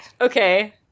Okay